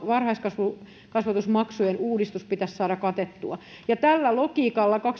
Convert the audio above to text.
varhaiskasvatusmaksujen uudistus pitäisi saada katettua ja tällä logiikalla